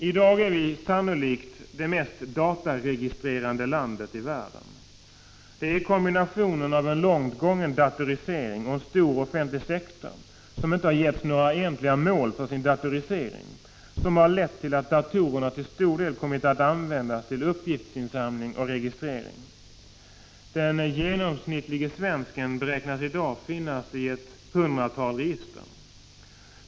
I dag är vi sannolikt det mest dataregistrerande landet i världen. Kombinationen av en långt gången datorisering och en stor offentlig sektor, som inte har getts några egentliga mål för sin datorisering, har lett till att datorerna till stor del kommit att användas till uppgiftsinsamling och registrering. Den genomsnittlige svensken beräknas i dag finnas i ett hundratal register.